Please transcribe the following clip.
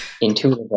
intuitive